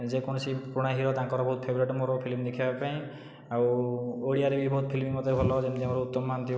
ଯେକୌଣସି ପୁରୁଣା ହିରୋ ତାଙ୍କର ବହୁତ ଫେବରାଇଟ ମୋର ଫିଲ୍ମ ଦେଖିବା ପାଇଁ ଆଉ ଓଡ଼ିଆରେ ବି ବହୁତ ଫିଲ୍ମ ମୋତେ ଭଲ ଲାଗେ ଯେମିତି ଆମର ଉତ୍ତମ ମହାନ୍ତି